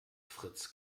fritz